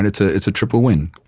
it's ah it's a triple win.